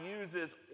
uses